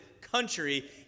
country